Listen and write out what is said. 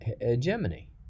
hegemony